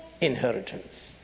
inheritance